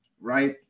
right